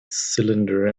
cylinder